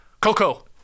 Coco